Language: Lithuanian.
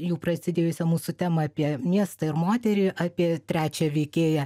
jau prasidėjusią mūsų temą apie miestą ir moterį apie trečią veikėją